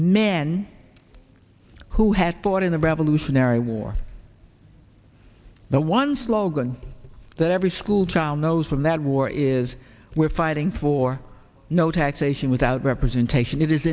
men who had fought in the revolutionary war but one slogan that every schoolchild knows from that war is we're fighting for no taxation without representation